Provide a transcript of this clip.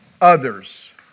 others